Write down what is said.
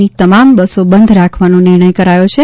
ની તમામ બસો બંધ રાખવાનો નિર્ણય કર્યો છે